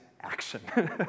action